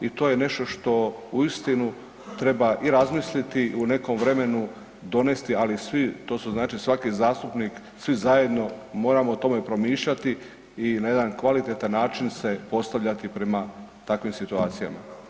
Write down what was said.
I to je nešto što uistinu treba i razmisliti u nekom vremenu donesti, ali svi to je znači svaki zastupnik svi zajedno moramo o tome promišljati i na jedan kvalitetan način se postavljati prema takvim situacijama.